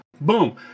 boom